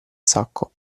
sacco